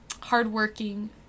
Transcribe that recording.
hardworking